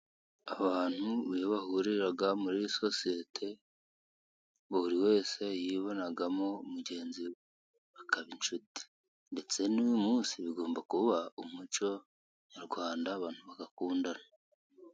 Abantu iyo bahuriraga muri sosiyete buri wese yibonagamo mugenzi bakaba inshuti, ndetse n'uyu munsi bigomba kuba umuco nyarwanda, abantu bagakundana.